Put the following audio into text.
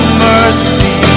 mercy